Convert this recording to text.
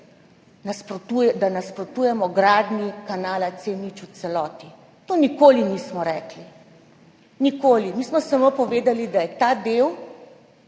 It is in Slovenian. sej nasprotujemo gradnji kanala C0 v celoti, to nikoli nismo rekli, nikoli. Mi smo samo povedali, da je ta del